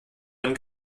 dann